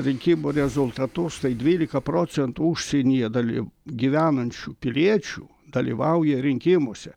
rinkimų rezultatus tai dvylika procentų užsienyje daly gyvenančių piliečių dalyvauja rinkimuose